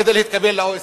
כדי להתקבל ל-OECD,